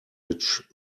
which